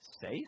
Safe